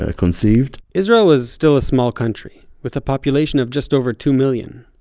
ah conceived. israel is still a small country with a population of just over two million.